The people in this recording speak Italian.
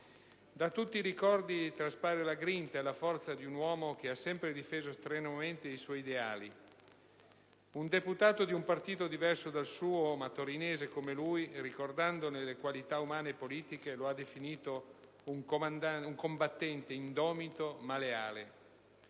Da tutti i ricordi traspare la grinta e la forza di un uomo che ha sempre difeso strenuamente i suoi ideali. Un deputato di un partito diverso dal suo, ma torinese come lui, ricordandone le qualità umane e politiche, lo ha definito "un combattente indomito, ma leale".